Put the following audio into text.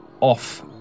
off